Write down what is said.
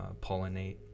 pollinate